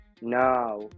now